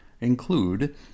include